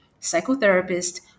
psychotherapist